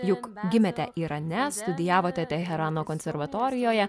juk gimėte irane studijavote teherano konservatorijoje